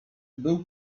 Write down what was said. był